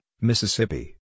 Mississippi